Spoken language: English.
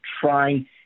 trying